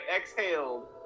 exhaled